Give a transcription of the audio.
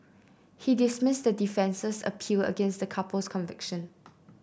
he dismissed the defence's appeal against the couple's conviction